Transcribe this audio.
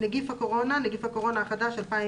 ""נגיף הקורונה" נגיף הקורונה החדש 2019 (Novel